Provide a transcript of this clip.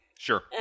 Sure